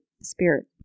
spirit